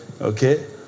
Okay